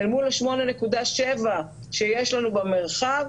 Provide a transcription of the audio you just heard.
אל מול ה-8.7 שיש לנו במרחב,